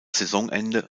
saisonende